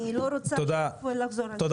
אני לא רוצה לחזור על הכל.